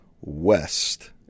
west